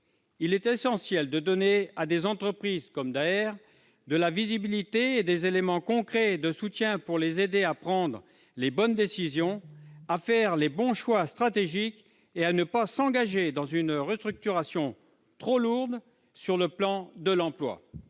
Il est essentiel de donner à des entreprises comme Daher de la visibilité et des éléments concrets de soutien pour les aider à prendre les bonnes décisions, à faire les bons choix stratégiques et à ne pas s'engager dans une restructuration trop lourde sur le plan de l'emploi.